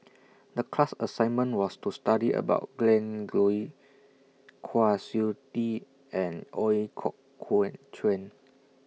The class assignment was to study about Glen Goei Kwa Siew Tee and Ooi Kok Chuen